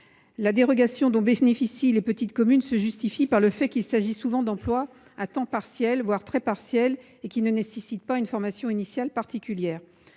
La dérogation dont bénéficient les petites communes se justifie par le fait qu'il s'agit souvent d'emplois à temps partiel, voire très partiel, ne nécessitant pas une formation initiale particulière.